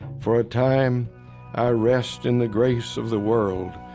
for a time i rest in the grace of the world,